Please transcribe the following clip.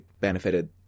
benefited